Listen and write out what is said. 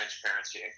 transparency